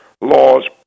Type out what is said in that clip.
laws